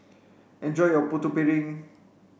enjoy your putu piring